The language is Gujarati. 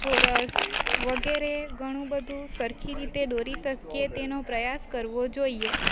ચોરસ વગેરે ઘણું બધું સરખી રીતે દોરી શકીએ તેનો પ્રયાસ કરવો જોઈએ